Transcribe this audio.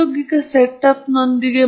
ಆದ್ದರಿಂದ ಇದು ನಾನು ಹೈಲೈಟ್ ಮಾಡಲು ಬಯಸಿದ ವಿಷಯ